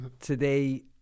today